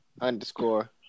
underscore